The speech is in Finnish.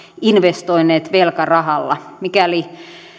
investoineet velkarahalla mikäli